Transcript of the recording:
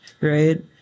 right